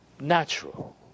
natural